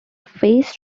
phase